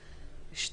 (2)